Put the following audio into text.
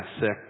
sick